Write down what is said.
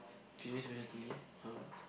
pretty special to me I don't know